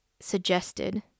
suggested